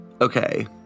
Okay